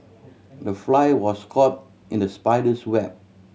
the fly was caught in the spider's web